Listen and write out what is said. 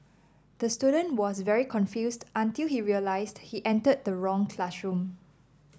the student was very confused until he realised he entered the wrong classroom